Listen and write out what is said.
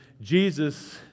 Jesus